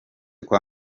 kwa